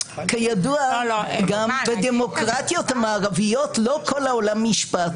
כידוע בדמוקרטיות המערביות לא כל העולם נשפט.